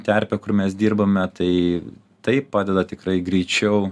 terpę kur mes dirbame tai tai padeda tikrai greičiau